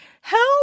help